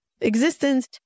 existence